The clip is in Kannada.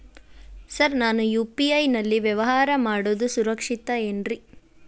ಸರ್ ನಾನು ಯು.ಪಿ.ಐ ನಲ್ಲಿ ವ್ಯವಹಾರ ಮಾಡೋದು ಸುರಕ್ಷಿತ ಏನ್ರಿ?